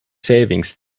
savings